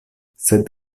sed